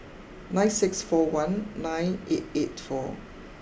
nine six four one nine eight eight four